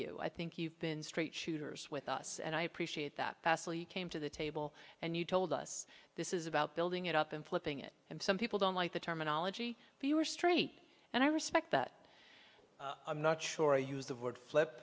you i think you've been straight shooters with us and i appreciate that you came to the table and you told us this is about building it up and flipping it and some people don't like the terminology if you were straight and i respect that i'm not sure use the word flip